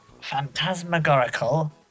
phantasmagorical